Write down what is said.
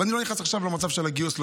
ואני לא נכנס עכשיו למצב של הגיוס,